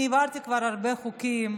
אני העברתי כבר הרבה חוקים,